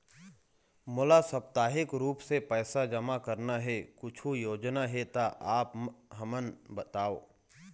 मोला साप्ताहिक रूप से पैसा जमा करना हे, कुछू योजना हे त आप हमन बताव?